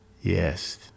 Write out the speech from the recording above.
Yes